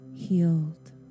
Healed